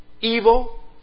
evil